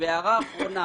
הערה אחרונה.